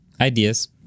ideas